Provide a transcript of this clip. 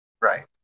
Right